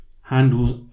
Handles